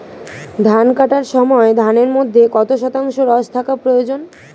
ধান কাটার সময় ধানের মধ্যে কত শতাংশ রস থাকা প্রয়োজন?